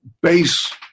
base